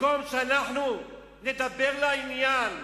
במקום שאנחנו נדבר לעניין,